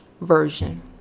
version